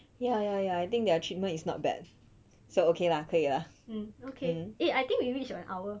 ya ya ya I think their treatment is not bad so okay lah 可以 lah okay eh I think we reached on hour